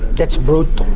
that's brute,